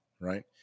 right